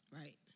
Right